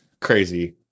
crazy